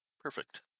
Perfect